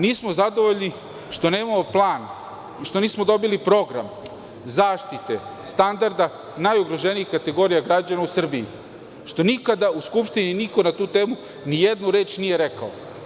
Nismo zadovoljni što nemamo plan, što nismo dobili program zaštite standarda najugroženijih kategorija građana u Srbiji, što nikada u Skupštini niko na tu temu nijednu reč nije rekao.